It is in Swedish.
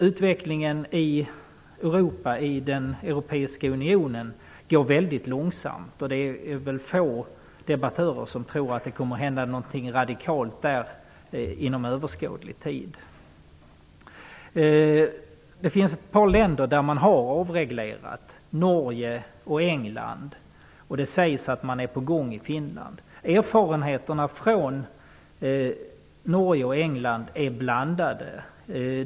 Utvecklingen i den europeiska unionen går långsamt, och det är få debattörer som tror att det kommer att hända någonting radikalt där inom överskådlig tid. Ett par länder har avreglerat, nämligen Norge och England. Det sägs att det är på gång i Finland. Erfarenheterna från Norge och England är blandade.